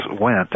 went